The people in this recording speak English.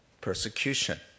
persecution